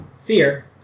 fear